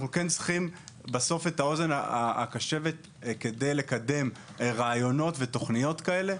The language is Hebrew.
אנחנו כן צריכים את האוזן הקשבת כדי לקדם רעיונות ותוכנית כאלה.